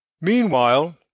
Meanwhile